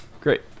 Great